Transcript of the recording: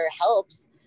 helps